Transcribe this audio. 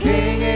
King